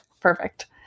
perfect